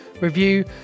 review